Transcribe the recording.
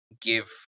give